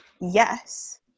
Yes